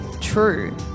true